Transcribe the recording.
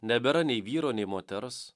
nebėra nei vyro nei moters